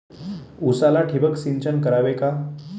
उसाला ठिबक सिंचन करावे का?